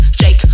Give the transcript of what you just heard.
shake